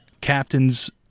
captain's